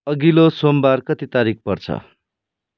अघिल्लो सोमवार कति तारिख पर्छ